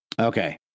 Okay